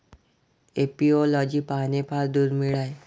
apiology पाहणे फार दुर्मिळ आहे